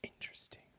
Interesting